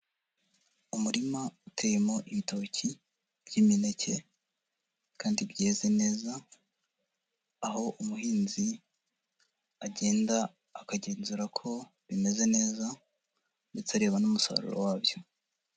Umurima uteyemo ibitoki, by'imineke kandi byeze neza, aho umuhinzi, agenda akagenzura ko bimeze neza, ndetse areba n'umusaruro wabyo.